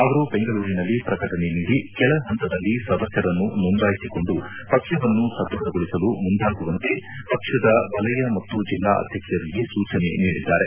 ಅವರು ಬೆಂಗಳೂರಿನಲ್ಲಿ ಪ್ರಕಟಣೆ ನೀದಿ ಕೆಳ ಹಂತದಲ್ಲಿ ಸದಸ್ಯರನ್ನು ನೊಂದಾಯಿಸಿಕೊಂದು ಪಕ್ವವನ್ನು ಸದೃದಗೊಳಿಸಲು ಮುಂದಾಗುವಂತೆ ಪಕ್ಷದ ವಲಯ ಮತ್ತು ಜಿಲ್ಲಾ ಅಧ್ಯಕ್ಷರಿಗೆ ಸೂಚನೆ ನೀಡಿದ್ದಾರೆ